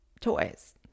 toys